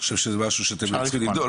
חושב שזה משהו שאתם צריכים לבדוק.